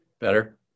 Better